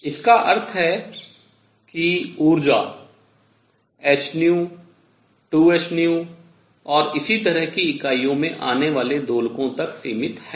इसका अर्थ है कि ऊर्जा hν 2hν और इसी तरह की इकाइयों में आने वाले दोलकों तक सीमित है